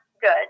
good